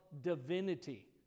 divinity